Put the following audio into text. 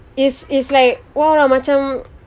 it's it's like !wah! macam